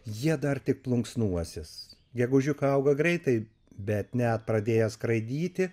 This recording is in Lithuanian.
jie dar tik plunksnuotis gegužiukai auga greitai bet net pradėję skraidyti